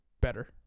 better